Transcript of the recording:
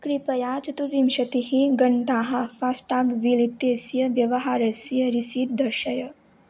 कृपया चतुर्विंशतिः घण्टाः फास्टाग् विल् इत्यस्य व्यवहारस्य रिसीट् दर्शय